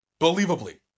believably